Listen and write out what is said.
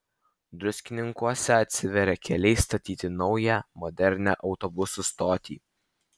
druskininkuose atsiveria keliai statyti naują modernią autobusų stotį